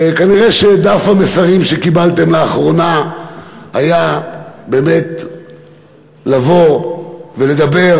כנראה שדף המסרים שקיבלתם לאחרונה היה באמת לבוא ולדבר